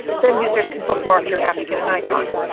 then users can bookmark your app to get an icon.